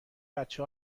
بچه